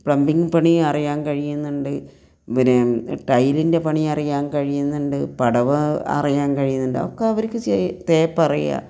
plumbing പണി അറിയാൻ കഴിയുന്നുണ്ട് പിന്നെ ടൈലിൻ്റെ പണി അറിയാൻ കഴിയുന്നുണ്ട് പടവ് അറിയാൻ കഴിയുന്നുണ്ട് ഒക്കെ അവർക്ക് ചെയ്യാം തേപ്പ് അറിയാം